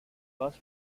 fast